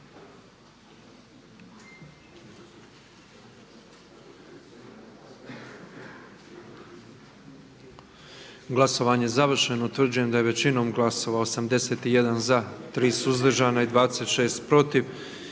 Glasovanje je završeno. Utvrđujem da je većinom glasova 117 za, 8 suzdržanih i jednim protiv